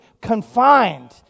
confined